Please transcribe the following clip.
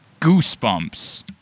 goosebumps